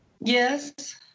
Yes